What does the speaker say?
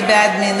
מי בעד?